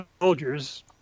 soldiers